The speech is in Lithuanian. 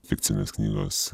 fikcinės knygos